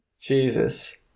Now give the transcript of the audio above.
Jesus